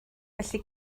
felly